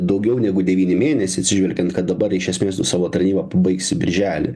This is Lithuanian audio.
daugiau negu devyni mėnesiai atsižvelgiant kad dabar iš esmės tu savo tarnybą pabaigsi birželį